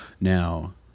Now